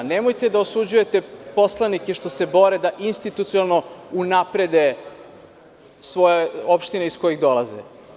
Nemojte da osuđujete poslanike što se bore da institucionalno unaprede opštine iz kojih dolaze.